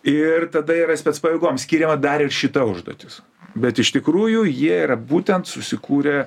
ir tada yra specpajėgom skiriama dar ir šita užduotis bet iš tikrųjų jie yra būtent susikūrę